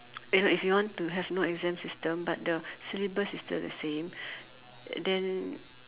it's like if you want to have no exams system but the syllabus is still the same then